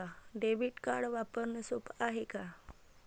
Debit card वापरणं सोप हाय का?